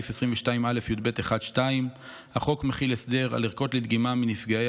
סעיף 22א(יב)(1)(2) בחוק מחיל הסדר על ערכות לדגימה מנפגעי